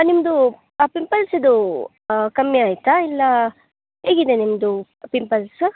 ನಿಮ್ಮದು ಪಿಂಪಲ್ಸಿದು ಕಮ್ಮಿ ಆಯಿತಾ ಇಲ್ಲ ಹೇಗಿದೆ ನಿಮ್ಮದು ಪಿಂಪಲ್ಸ್